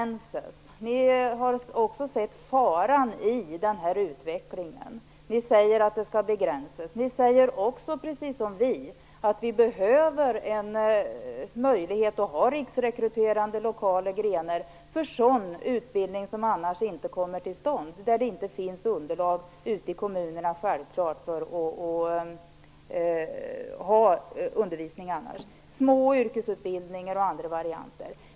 Också ni säger att det måste till en begränsning, och ni har sett faran i den här utvecklingen. Ni säger också, precis som vi, att vi behöver en möjlighet till riksrekryterande lokala grenar för sådan utbildning som annars inte kommer till stånd, där det annars inte finns underlag i kommunerna för att bedriva undervisning. Det handlar om små yrkesutbildningar och andra varianter.